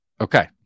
Okay